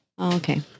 Okay